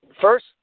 first